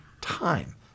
time